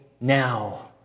now